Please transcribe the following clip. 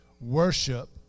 Worship